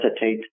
hesitate